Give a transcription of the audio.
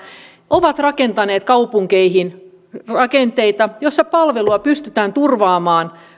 ovat rakentaneet kaupunkeihin rakenteita joissa palvelua pystytään turvaamaan